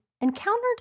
encountered